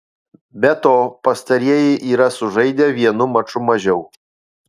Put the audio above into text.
be to pastarieji yra sužaidę vienu maču mažiau